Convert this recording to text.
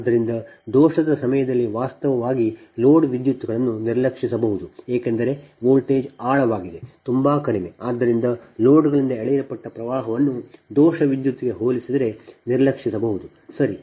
ಆದ್ದರಿಂದ ದೋಷದ ಸಮಯದಲ್ಲಿ ವಾಸ್ತವವಾಗಿ ಲೋಡ್ ವಿದ್ಯುತ್ಗಳನ್ನು ನಿರ್ಲಕ್ಷಿಸಬಹುದು ಏಕೆಂದರೆ ವೋಲ್ಟೇಜ್ ಆಳವಾಗಿದೆ ತುಂಬಾ ಕಡಿಮೆ ಆದ್ದರಿಂದ ಲೋಡ್ಗಳಿಂದ ಎಳೆಯಲ್ಪಟ್ಟ ವಿದ್ಯುತ್ಅನ್ನು ದೋಷ ವಿದ್ಯುತ್ಗೆ ಹೋಲಿಸಿದರೆ ನಿರ್ಲಕ್ಷಿಸಬಹುದು ಸರಿ